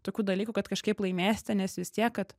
tokių dalykų kad kažkaip laimėsite nes vis tiek kad